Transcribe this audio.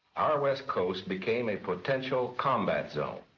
our west coast became a potential combat zone.